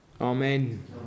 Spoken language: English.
Amen